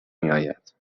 میآید